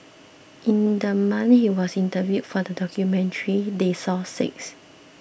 in the month he was interviewed for the documentary they saw six